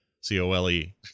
c-o-l-e